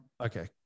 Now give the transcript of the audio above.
okay